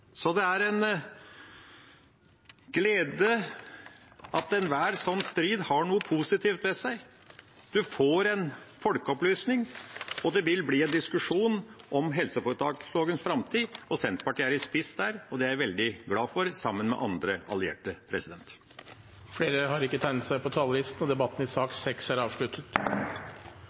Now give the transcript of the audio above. Det er en glede at enhver sånn strid har noe positivt ved seg. Man får en folkeopplysning, og det vil bli en diskusjon om helseforetakslovens framtid. Senterpartiet er i spissen der, sammen med andre allierte, og det er jeg veldig glad for. Flere har ikke bedt om ordet til sak nr. 6. Etter ønske fra helse- og omsorgskomiteen vil presidenten ordne debatten